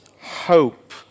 hope